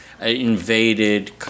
invaded